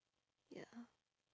ya